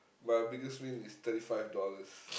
my biggest win is thirty five dollars